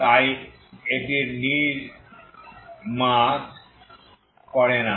তাই এবং এটি নির্ মাস করে না